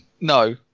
no